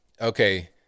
Okay